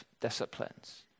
disciplines